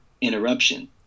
interruption